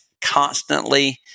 constantly